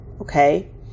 Okay